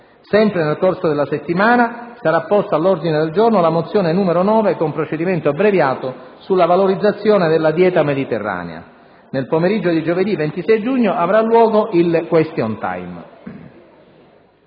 Sempre nel corso della settimana sarà posta all'ordine del giorno la mozione n. 9 con procedimento abbreviato sulla valorizzazione della dieta mediterranea. Nel pomeriggio di giovedì 26 giugno avrà luogo il *question time*.